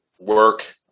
work